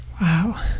wow